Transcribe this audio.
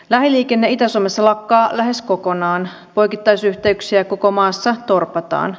lähiliikenne itä suomessa lakkaa lähes kokonaan poikittaisyhteyksiä koko maassa torpataan